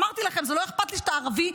אמרתי לכם, זה לא אכפת לי שאתה ערבי.